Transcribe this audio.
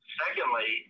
secondly